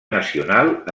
nacional